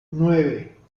nueve